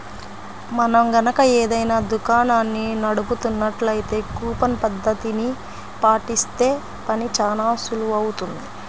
మనం గనక ఏదైనా దుకాణాన్ని నడుపుతున్నట్లయితే కూపన్ పద్ధతిని పాటిస్తే పని చానా సులువవుతుంది